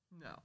No